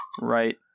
Right